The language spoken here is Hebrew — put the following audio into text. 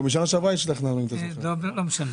כי אני גם לא עיבוד שבבי ואני גם לא בא במגע.